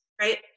right